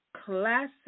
classic